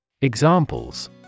Examples